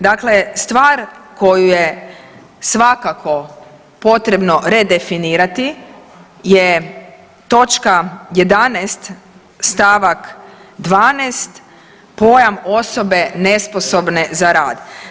Dakle, stvar koju je svakako potrebno redefinirati je točka 11. stavak 12. pojam osobe nesposobne za rad.